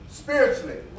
spiritually